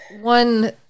one